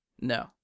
No